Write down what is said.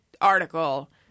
article –